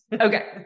Okay